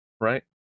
Right